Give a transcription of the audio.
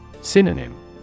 Synonym